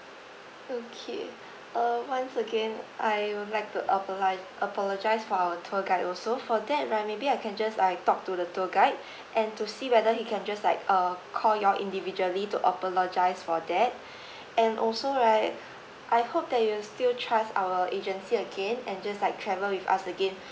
okay err once again I would like to apoli~ apologise for our tour guide also for that right maybe I can just uh talk to the tour guide and to see whether he can just like uh call y'all individually to apologise for that and also right I hope that you're still trust our agency again and just like travel with us again